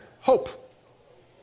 hope